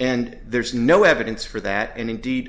and there's no evidence for that and indeed